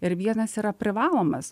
ir vienas yra privalomas